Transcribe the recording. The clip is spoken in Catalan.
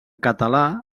català